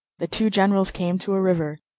the two generals came to a river,